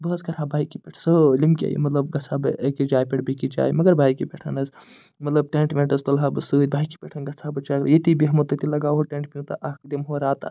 بہٕ حظ کَرٕ ہا بایکہِ پٮ۪ٹھ سورُے کیٚنٛہہ یہِ مطلب گژھہٕ ہا بہٕ أکِس جایہِ پٮ۪ٹھ بیٚیِس جایہِ مگر بایکہِ پٮ۪ٹھ حظ مطلب ٹیٚنٛٹ ویٚنٛٹ حظ تُلہٕ ہا بہٕ سۭتۍ بایکہِ پٮ۪ٹھ حظ گژھہٕ ہا بہٕ ییٚتی بیٚہمو تٔتی لَگاوو ٹیٚنٛٹ پیٛوٗنتاہ اکھ دِمہو راتھا